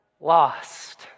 lost